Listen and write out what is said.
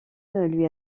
lui